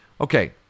Okay